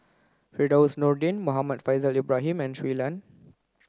Firdaus Nordin Muhammad Faishal Ibrahim and Shui Lan